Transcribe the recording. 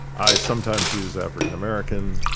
i sometimes use african american,